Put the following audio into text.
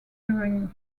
during